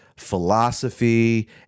philosophy